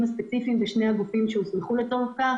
הספציפיים שהוסמכו לכך בשני הגופים.